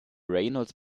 reynolds